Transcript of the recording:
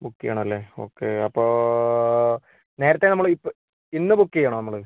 book ചെയ്യണം അല്ലേ okay അപ്പോൾ നേരത്തെ നമ്മൾ ഇപ്പോൾ ഇന്ന് ബുക്ക് ചെയ്യണോ നമ്മൾ